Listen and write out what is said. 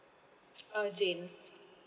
uh jane